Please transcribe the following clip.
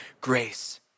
grace